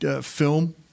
film